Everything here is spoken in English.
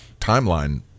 timeline